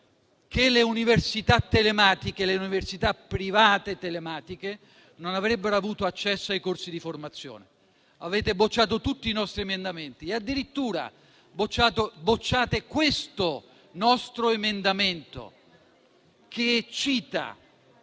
che le università private telematiche non avrebbero avuto accesso ai corsi di formazione. Avete bocciato tutti i nostri emendamenti e addirittura bocciate adesso questo nostro emendamento che cita